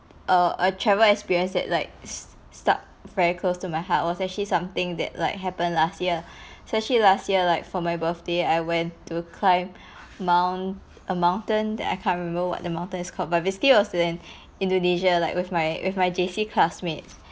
err a travel experience that like s stuck very close to my heart was actually something that like happened last year actually last year like for my birthday I went to climb mount a mountain that I can't remember what the mountain is called but basically it was in indonesia like with my with my J_C classmate